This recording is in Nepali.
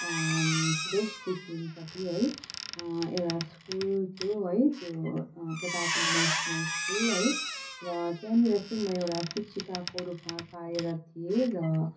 वेस्ट सिक्किमपट्टि है एउटा स्कुल थियो है त्यो त्यो प्रताप इन्टरनेशनल स्कुल है र त्यहाँनिर चाहिँ म एउटा शिक्षिकाको रूपमा कर्यरत थिएँ र